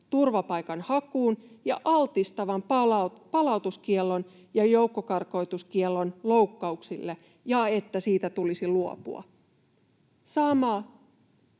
turvapaikanhakuun ja altistavan palautuskiellon ja joukkokarkotuskiellon loukkauksille ja että siitä tulisi luopua.” Sama